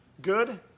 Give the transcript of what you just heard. good